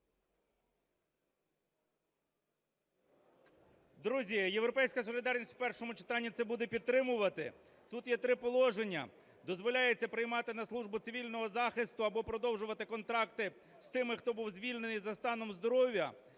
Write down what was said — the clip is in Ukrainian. Друзі, "Європейська солідарність" в першому читанні це буде підтримувати. Тут є три положення. Дозволяється приймати на службу цивільного захисту або продовжувати контракти з тими, хто був звільнений за станом здоров'я.